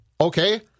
okay